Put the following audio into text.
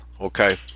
okay